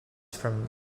from